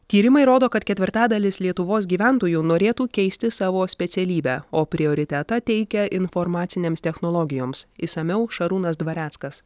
tyrimai rodo kad ketvirtadalis lietuvos gyventojų norėtų keisti savo specialybę o prioritetą teikia informacinėms technologijoms išsamiau šarūnas dvareckas